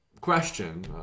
question